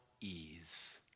ease